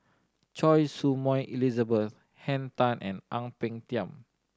Choy Su Moi Elizabeth Henn Tan and Ang Peng Tiam